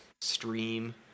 stream